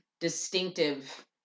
distinctive